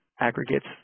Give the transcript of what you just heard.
aggregates